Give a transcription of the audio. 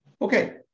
Okay